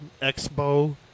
expo